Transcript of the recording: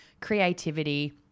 creativity